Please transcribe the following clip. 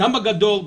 גם בגדול,